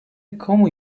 kamu